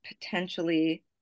potentially